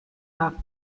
have